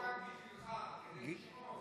אני פה רק בשבילך, בשביל לשמוע אותך.